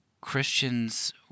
Christians